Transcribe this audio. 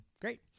great